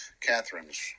Catherine's